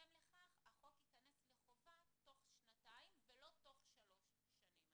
ובהתאם לכך החוק ייכנס לחובה תוך שנתיים ולא תוך שלוש שנים.